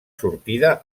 sortida